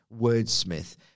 wordsmith